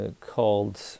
called